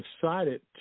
decided